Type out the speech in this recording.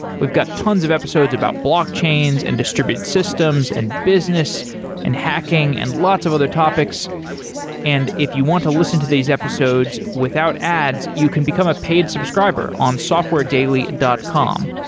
we've got tons of episodes about blockchains and distributed systems and business and hacking and lots of other topics if you want to listen to these episodes without ads, you can become a paid subscriber on softwaredaily dot com.